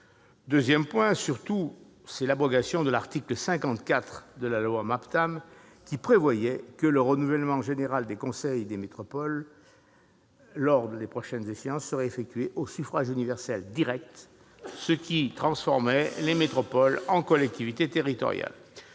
deuxième mesure vise à abroger l'article 54 de la loi Maptam qui prévoyait que le renouvellement général des conseils des métropoles, lors des prochaines échéances, s'effectuerait au suffrage universel direct, ce qui transformait les métropoles en collectivités territoriales.